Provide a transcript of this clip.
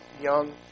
young